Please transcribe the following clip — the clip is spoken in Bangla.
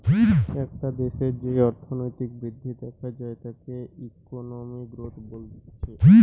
একটা দেশের যেই অর্থনৈতিক বৃদ্ধি দেখা যায় তাকে ইকোনমিক গ্রোথ বলছে